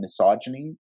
misogyny